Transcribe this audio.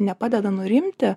nepadeda nurimti